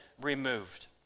removed